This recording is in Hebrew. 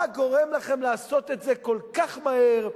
מה גורם לכם לעשות את זה כל כך מהר,